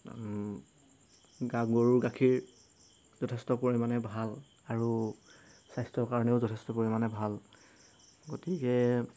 গৰু গাখীৰ যথেষ্ট পৰিমাণে ভাল আৰু স্বাস্থ্যৰ কাৰণেও যথেষ্ট পৰিমাণে ভাল গতিকে